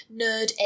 nerd